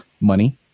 money